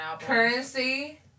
Currency